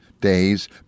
day's